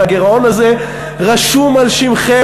והגירעון הזה רשום על שמכם,